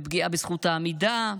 ופגיעה בזכות העמידה.